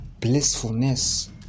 blissfulness